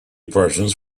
persons